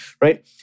right